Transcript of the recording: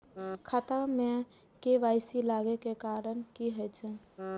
खाता मे के.वाई.सी लागै के कारण की होय छै?